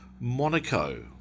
Monaco